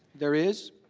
there is.